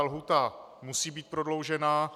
Lhůta musí být prodloužena.